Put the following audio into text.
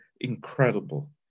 incredible